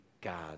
God